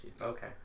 Okay